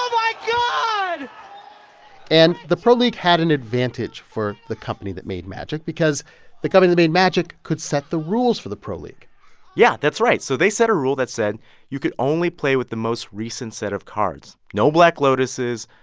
ah like yeah god and the pro league had an advantage for the company that made magic because the company that made magic could set the rules for the pro league yeah, that's right. so they set a rule that said you could only play with the most recent set of cards no black lotuses,